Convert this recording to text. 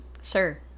Sir